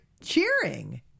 cheering